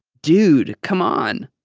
dude, come on.